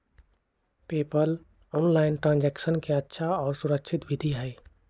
PayPal online transaction के अच्छा और सुरक्षित विधि हई